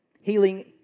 Healing